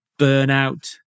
burnout